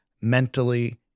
mentally